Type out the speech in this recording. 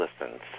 listens